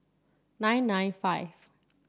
nine nine five